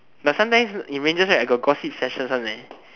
but sometimes in rangers like I got gossip session one eh